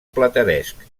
plateresc